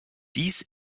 dies